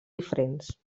diferents